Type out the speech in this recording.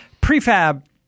prefab –